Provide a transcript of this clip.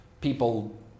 people